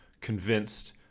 convinced